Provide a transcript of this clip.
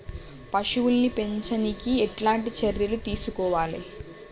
పశువుల్ని పెంచనీకి ఎట్లాంటి చర్యలు తీసుకోవాలే?